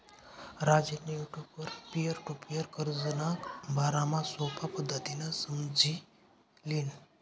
राजेंनी युटुबवर peer to peer कर्जना बारामा सोपा पद्धतीनं समझी ल्हिनं